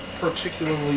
particularly